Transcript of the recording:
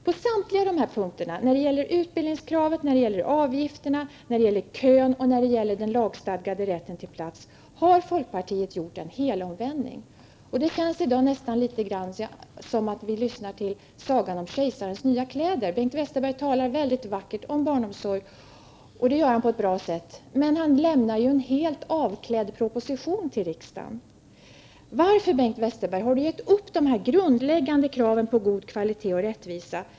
På samtliga dessa punkter, när det gäller utbildningskrav, avgifter, köer och den lagstadgade rätten till plats, har folkpartiet gjort en helomvändning. Det känns i dag nästan litet som att vi lyssnar till sagan om kejsarens nya kläder. Bengt Westerberg talar på ett bra sätt väldigt vackert om barnomsorg, men han har avgett en helt avklädd proposition till riksdagen. Varför har Bengt Westerberg gett upp de grundläggande kraven på god kvalitet och rättvisa?